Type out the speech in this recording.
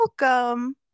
welcome